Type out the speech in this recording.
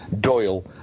Doyle